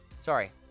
Sorry